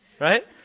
right